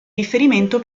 riferimento